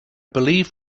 believe